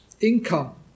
income